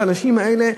והאנשים האלה,